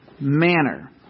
manner